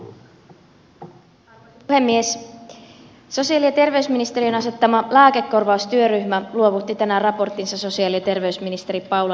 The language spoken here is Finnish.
sosiaali ja terveysministerin asettama lääkekorvaustyöryhmä luovutti tänään raporttinsa sosiaali ja terveysministeri paula risikolle